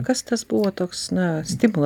kas tas buvo toks na stimulas